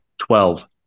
Twelve